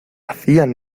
hacían